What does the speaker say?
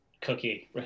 cookie